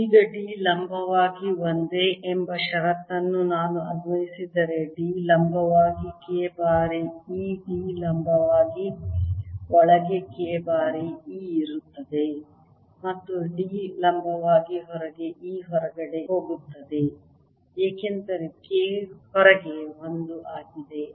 ಈಗ D ಲಂಬವಾಗಿ ಒಂದೇ ಎಂಬ ಷರತ್ತನ್ನು ನಾನು ಅನ್ವಯಿಸಿದರೆ D ಲಂಬವಾಗಿ K ಬಾರಿ E D ಲಂಬವಾಗಿ ಒಳಗೆ K ಬಾರಿ ಇ ಆಗಿರುತ್ತದೆ ಮತ್ತು D ಲಂಬವಾಗಿ ಹೊರಗೆ E ಹೊರಗಡೆ ಹೋಗುತ್ತದೆ ಏಕೆಂದರೆ K ಹೊರಗೆ 1 ಆಗಿದೆ